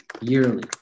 yearly